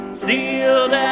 sealed